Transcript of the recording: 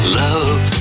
love